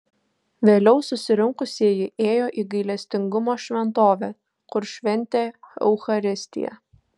vėliau susirinkusieji ėjo į gailestingumo šventovę kur šventė eucharistiją